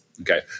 Okay